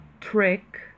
trick